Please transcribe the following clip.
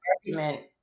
argument